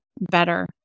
better